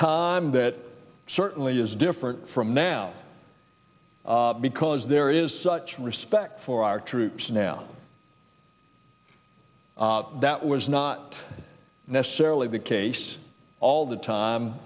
time that certainly is different from now because there is such respect for our troops now that was not necessarily the case all the time